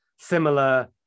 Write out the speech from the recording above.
similar